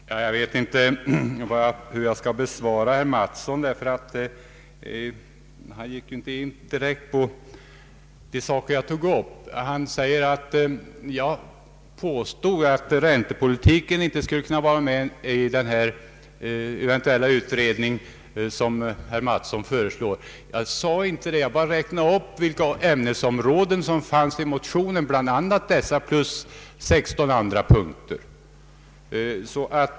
Herr talman! Jag vet inte hur jag skall svara herr Mattsson, för han gick inte direkt in på de saker som jag tog upp. Han sade att jag påstått att räntepolitiken inte borde tas med i den utredning som herr Mattsson föreslår. Jag sade inte det. Jag bara räknade upp vilka ämnesområden som fanns i motionen, bl.a. detta samt 16 andra punkter.